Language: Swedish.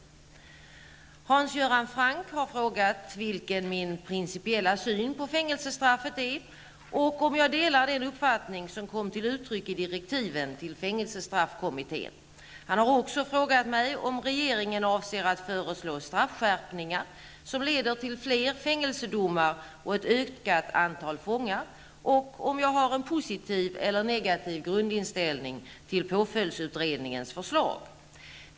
Hans Göran Franck har frågat vilken min principiella syn på fängelsestraffet är och om jag delar den uppfattning som kom till uttryck i direktiven till fängelsestraffkommittén. Han har också frågat mig om regeringen avser att föreslå straffskärpningar som leder till fler fängelsedomar och ett ökat antal fångar och om jag har en positiv eller negativ grundinställning till påföljdsutredningens förslag.